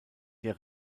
der